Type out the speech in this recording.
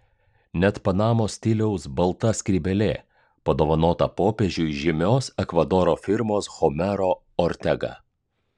net panamos stiliaus balta skrybėlė padovanota popiežiui žymios ekvadoro firmos homero ortega